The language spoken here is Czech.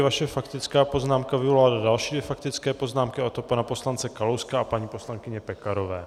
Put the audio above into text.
Vaše faktická poznámka vyvolala další dvě faktické poznámky, a to pana poslance Kalouska a paní poslankyně Pekarové.